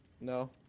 no